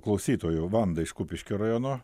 klausytojų vanda iš kupiškio rajono